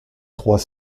trois